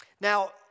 Now